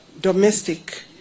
domestic